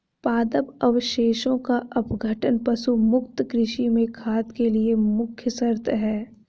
पादप अवशेषों का अपघटन पशु मुक्त कृषि में खाद के लिए मुख्य शर्त है